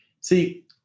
See